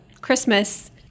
Christmas